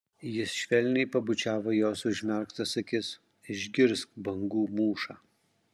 jis švelniai pabučiavo jos užmerktas akis išgirsk bangų mūšą